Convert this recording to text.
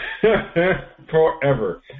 Forever